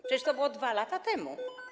Przecież to było 2 lata temu.